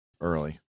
early